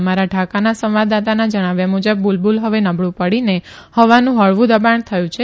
અમારા ઢાકાના સંવાદદાતાના જણાવ્યા મુજબ બુલબુલ હવે નબળુ પડીને હવાનું હળવુ દબાણ થયું છે